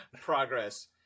progress